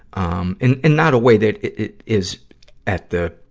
um and, and not a way that it, it is at the,